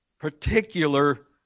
particular